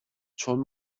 چون